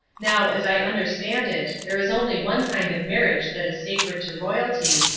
now as i understand it, there is only one kind of marriage that is sacred to royalty,